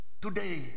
Today